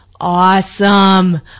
awesome